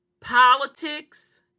politics